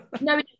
No